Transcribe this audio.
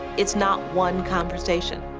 it's not one conversation.